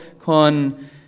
con